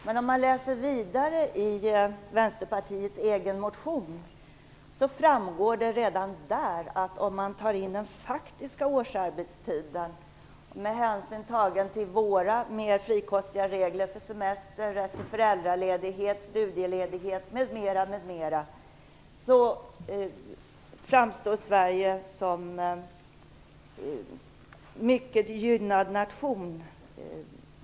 Men om man läser vidare i Vänsterpartiets egen motion framgår det redan där att om man tar in den faktiska årsarbetstiden, med hänsyn tagen till våra mer frikostiga regler för semester, rätt till föräldraledighet, studieledighet m.m., framstår Sverige som en mycket gynnad nation.